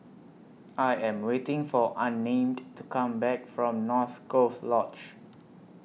I Am waiting For Unnamed to Come Back from North Coast Lodge